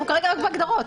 כרגע אנחנו רק בהגדרות.